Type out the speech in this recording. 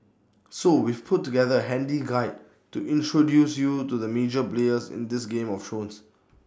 so we've put together A handy guide to introduce you to the major players in this game of thrones